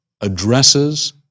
addresses